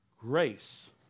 grace